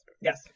Yes